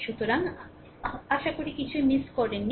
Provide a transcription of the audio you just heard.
সুতরাং আশা কিছুই মিস করেনি